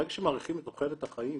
ברגע שמאריכים את תוחלת החיים